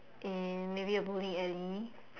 and maybe a bowling alley